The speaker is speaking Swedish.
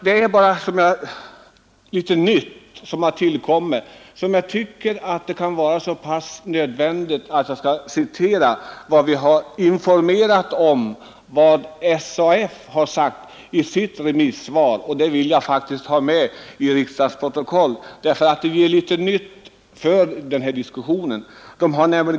Det är bara litet nytt som har tillkommit som jag tycker är så viktigt att jag vill nämna det. Jag vill citera vad SAF har sagt i sitt remissvar och få det med i riksdagsprotokollet, eftersom det faktiskt tillför diskussionen någonting nytt.